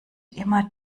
immer